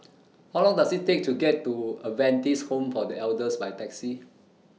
How Long Does IT Take to get to Adventist Home For The Elders By Taxi